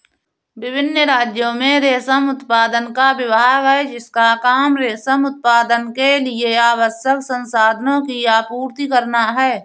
विभिन्न राज्यों में रेशम उत्पादन का विभाग है जिसका काम रेशम उत्पादन के लिए आवश्यक संसाधनों की आपूर्ति करना है